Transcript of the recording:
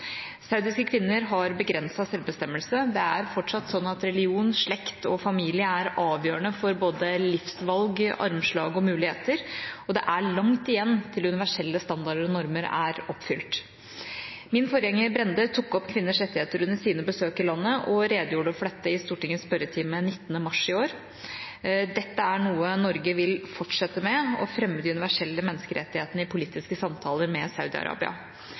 Saudiske kvinner har begrenset selvbestemmelse. Det er fortsatt sånn at religion, slekt og familie er avgjørende for både livsvalg, armslag og muligheter, og det er langt igjen til universelle standarder og normer er oppfylt. Min forgjenger Brende tok opp kvinners rettigheter under sine besøk i landet og redegjorde for dette i Stortingets spørretime 26. april i år. Dette er noe Norge vil fortsette med: å fremme de universelle menneskerettighetene i politiske samtaler med